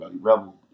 rebel